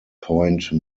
point